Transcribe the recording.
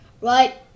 right